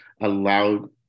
allowed